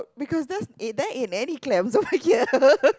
because that's that ain't in any clams over here